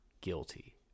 guilty